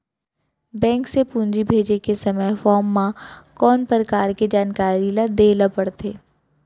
Bank से पूंजी भेजे के समय फॉर्म म कौन परकार के जानकारी ल दे ला पड़थे?